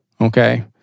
Okay